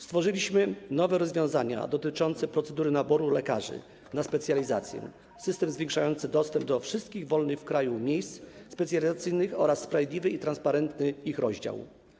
Stworzyliśmy nowe rozwiązania dotyczące procedury naboru lekarzy na specjalizacje, system zwiększający dostęp do wszystkich wolnych w kraju miejsc specjalizacyjnych oraz sprawiedliwy i transparentny ich rozdział.